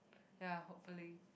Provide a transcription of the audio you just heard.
ya hopefully